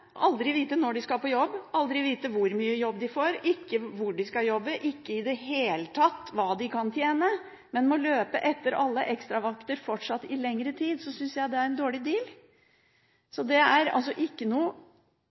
aldri å vite når de skal på jobb, aldri å vite hvor mye jobb de får, ikke vite hvor de skal jobbe, ikke i det hele tatt vite hva de kan tjene, men må løpe etter alle ekstravakter fortsatt i lengre tid, synes jeg det er en dårlig deal. Det er ikke noe